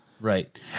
right